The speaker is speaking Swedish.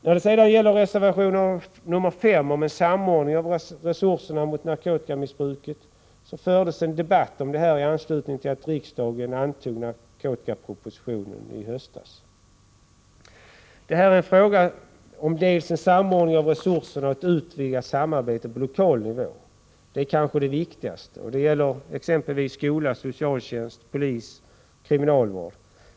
När det gäller reservation nr 5 om samordning av resurserna mot narkotikamissbruket vill jag peka på den debatt som fördes i anslutning till att riksdagen antog narkotikapropositionen i höstas. Det är här fråga om en samordning av resurserna och ett utvidgat samarbete på lokal nivå. Det är kanske det viktigaste och det gäller exempelvis skola, socialtjänst, polis och kriminalvård.